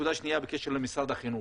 נקודה שנייה בקשר למשרד החינוך.